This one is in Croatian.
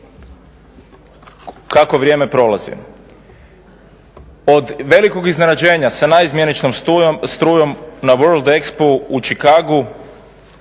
kako vrijeme prolazi. Od velikog iznenađenja sa naizmjeničnom strujom na world ekspo-u u Chicagu